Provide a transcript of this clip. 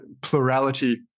plurality